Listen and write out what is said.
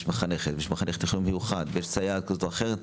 מחנך ויש מחנך לחינוך מיוחד ויש סייעת כזאת או אחרת,